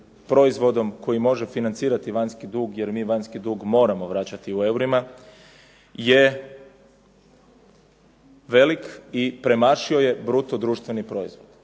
proizvodom koji može financirati javni dug jer mi vanjski dug moramo vraćati u eurima je velik i premašio je bruto domaći proizvod.